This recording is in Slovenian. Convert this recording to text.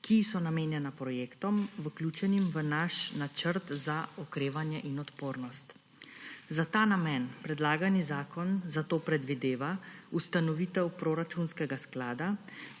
ki so namenjena projektom, vključenim v naš Načrt za okrevanje in odpornost. Za ta namen predlagani zakon zato predvideva ustanovitev proračunskega sklada,